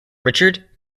richard